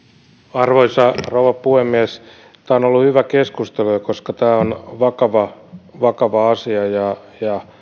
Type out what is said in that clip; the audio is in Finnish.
arvoisa rouva puhemies tämä on ollut hyvä keskustelu koska tämä on vakava vakava asia ja